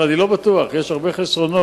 אני לא בטוח, יש הרבה חסרונות